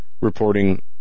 reporting